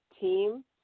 team